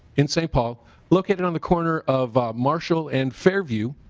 in st. paul located on the corner of marshall and fairview